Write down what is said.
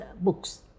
books